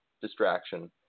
distraction